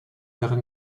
darin